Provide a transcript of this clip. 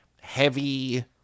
heavy